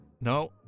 No